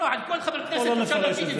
אני אסביר לך,